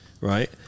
right